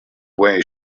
way